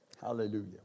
Hallelujah